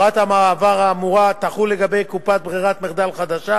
הוראת המעבר האמורה תחול לגבי קופת ברירת מחדל חדשה